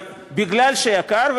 מכיוון שיקר.